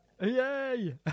Yay